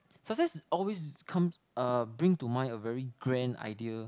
success is always is come uh bring to mind a very grand idea